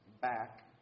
back